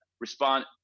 respond